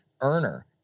earner